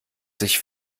sich